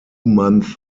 month